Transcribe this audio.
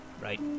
right